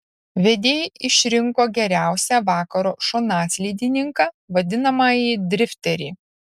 vedėjai išrinko geriausią vakaro šonaslydininką vadinamąjį drifterį